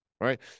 right